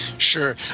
Sure